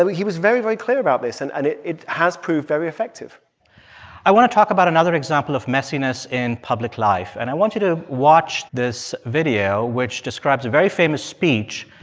but he was very, very clear about this. and and it it has proved very effective i want to talk about another example of messiness in public life. and i want you to watch this video, which describes a very famous speech,